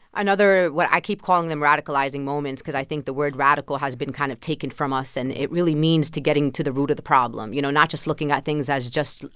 another what i keep calling them radicalizing moments because i think the word radical has been kind of taken from us. and it really means to getting to the root of the problem. you know, not just looking at things as just,